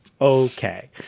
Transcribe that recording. okay